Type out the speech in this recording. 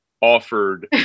offered